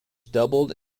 doubled